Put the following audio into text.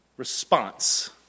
Response